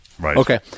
Okay